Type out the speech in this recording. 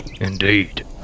Indeed